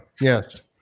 Yes